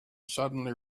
suddenly